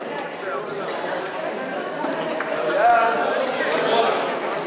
את הצעת חוק לתיקון פקודת בתי-הסוהר (מות אסיר),